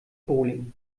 bowling